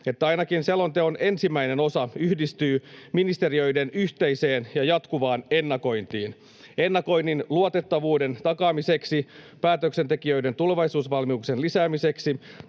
että ainakin selonteon ensimmäinen osa yhdistyy ministeriöiden yhteiseen ja jatkuvaan ennakointiin. Ennakoinnin luotettavuuden takaamiseksi ja päätöksentekijöiden tulevaisuusvalmiuksien lisäämiseksi